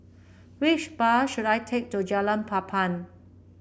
which bus should I take to Jalan Papan